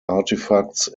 artifacts